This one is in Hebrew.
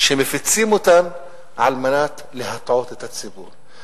שמפיצים אותן על מנת להטעות את הציבור.